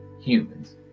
humans